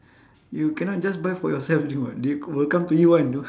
you cannot just buy for yourself drink [what] they will come to you one you know